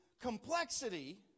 complexity